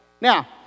Now